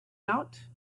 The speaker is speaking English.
out